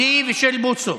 שלי ושל בוסו.